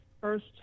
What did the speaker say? First